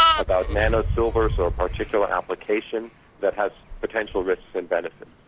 about nano-silvers or a particular application that has potential risks and benefits.